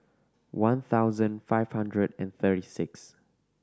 one thousand five hundred and thirty six